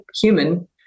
human